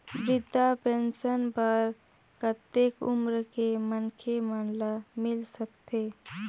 वृद्धा पेंशन बर कतेक उम्र के मनखे मन ल मिल सकथे?